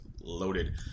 loaded